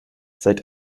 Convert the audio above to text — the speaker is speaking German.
seit